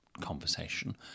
conversation